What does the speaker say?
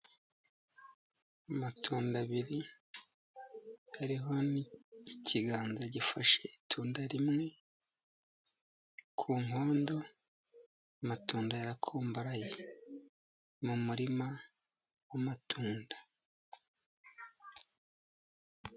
Amatunda abiri ariho n'ikiganza gifashe itunda rimwe ku nkondo, amatunda yarakumbaraye. Ni umurima w'amatunda.